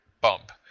bump